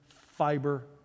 fiber